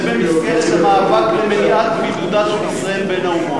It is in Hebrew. זה במסגרת המאבק למניעת בידודה של ישראל בין האומות.